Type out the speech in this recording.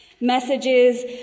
messages